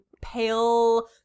pale